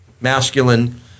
masculine